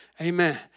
Amen